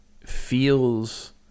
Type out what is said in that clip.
feels